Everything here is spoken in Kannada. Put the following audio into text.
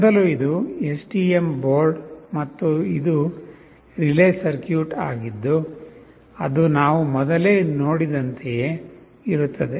ಮೊದಲು ಇದು STM ಬೋರ್ಡ್ ಮತ್ತು ಇದು ರಿಲೇ ಸರ್ಕ್ಯೂಟ್ ಆಗಿದ್ದು ಅದು ನಾವು ಮೊದಲೇ ನೋಡಿದಂತೆಯೇ ಇರುತ್ತದೆ